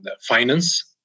finance